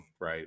right